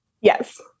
Yes